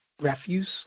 refuse